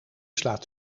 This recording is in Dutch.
slaat